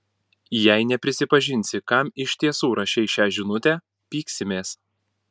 jei neprisipažinsi kam iš tiesų rašei šią žinutę pyksimės